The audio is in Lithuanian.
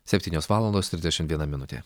septynios valandos trisdešim viena minutė